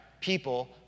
people